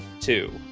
two